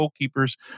goalkeepers